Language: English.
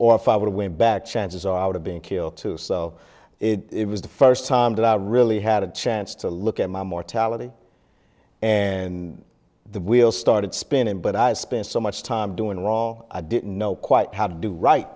or if i would have been bad chances are i would have been killed too so it was the first time that i really had a chance to look at my mortality and the wheel started spinning but i spent so much time doing wrong i didn't know quite how to do right